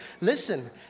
Listen